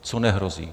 Co nehrozí?